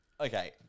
Okay